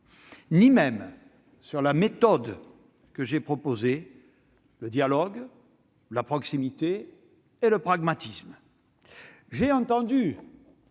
ni même sur la méthode que j'ai proposée, à savoir le dialogue, la proximité et le pragmatisme. J'ai entendu